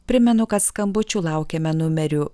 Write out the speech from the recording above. primenu kad skambučių laukiame numeriu